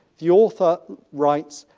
the author writes,